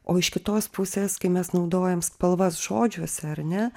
o iš kitos pusės kai mes naudojam spalvas žodžiuose ar ne